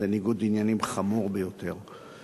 זה ניגוד עניינים חמור ביותר.